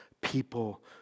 people